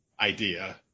idea